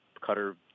cutter